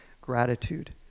gratitude